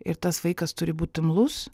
ir tas vaikas turi būt imlus